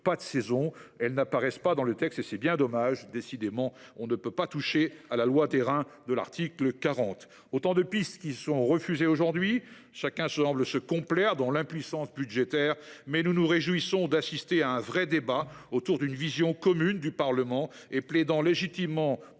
pas de saison. Ces propositions n’apparaissent pas dans le texte, et c’est bien dommage. Décidément, on ne peut pas toucher à la loi d’airain de l’article 40 ! Toutes ces pistes sont refusées aujourd’hui. Chacun semble se complaire dans l’impuissance budgétaire. Pour notre part, nous nous réjouissons d’assister à un vrai débat autour d’une vision commune du Parlement, plaidant légitimement